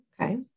Okay